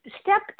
step